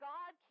God